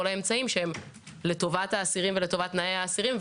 האמצעים שהם לטובת האסירים ולטובת תנאי האסירים,